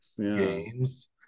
games